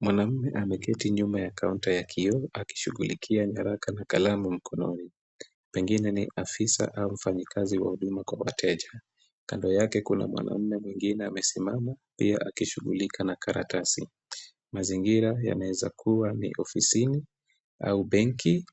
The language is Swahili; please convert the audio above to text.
Mwanaume ameketi nyuma ya kaunta ya kioo akishughulikia nyaraka na kalamu mkononi. Pengine ni afisa au mfanyakazi wa huduma kwa wateja. Kando yake kuna mwanaume mwingine amesimama pia akishughulika na karatasi. Mazingira yanaweza kuwa ni ofisini au benki